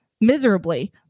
miserably